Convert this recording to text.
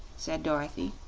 said dorothy,